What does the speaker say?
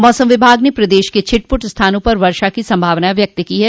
मौसम विभाग ने प्रदेश के छिटपुट स्थानों पर वर्षा की संभावना व्यक्त की है